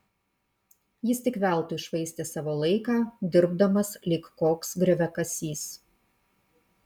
jis tik veltui švaistė savo laiką dirbdamas lyg koks grioviakasys